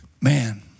man